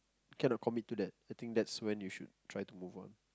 cannot commit to that I think that's when you should try to move on